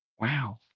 Wow